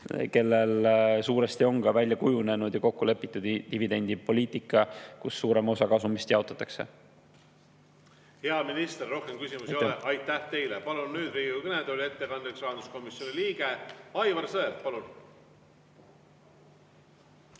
kellel suuresti on välja kujunenud ja kokku lepitud dividendipoliitika, mille kohaselt suurem osa kasumist jaotatakse. Hea minister! Rohkem küsimusi ei ole. Aitäh teile! Palun nüüd Riigikogu kõnetooli ettekandeks rahanduskomisjoni liikme Aivar Sõerdi. Palun!